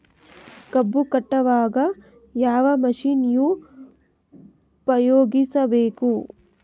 ಕಬ್ಬು ಕಟಾವಗ ಯಾವ ಮಷಿನ್ ಉಪಯೋಗಿಸಬೇಕು?